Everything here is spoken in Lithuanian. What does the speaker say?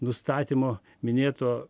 nustatymo minėto